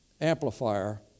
amplifier